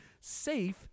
safe